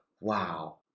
wow